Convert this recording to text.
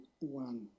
one